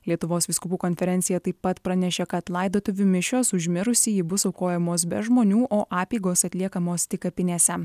lietuvos vyskupų konferencija taip pat pranešė kad laidotuvių mišios už mirusįjį bus aukojamos be žmonių o apeigos atliekamos tik kapinėse